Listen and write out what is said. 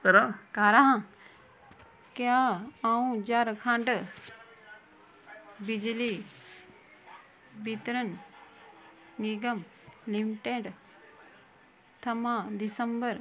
क्या अ'ऊं झारखण्ड बिजली वितरण निगम लिमिटेड थमां दिसम्बर